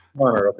okay